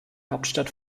hauptstadt